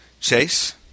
Chase